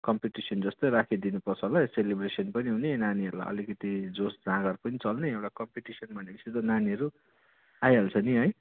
competition जस्तो राखिदिनु पर्छ होला सेलिब्रेसन पनि हुने नानीहरूलाई अलिकति जोस जाँगर पनि चल्ने एउटा कम्पिटिसन भनेपछि त नानीहरू आइहाल्छ नि है